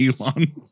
Elon